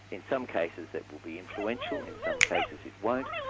in some cases it will be influential, in some cases it won't,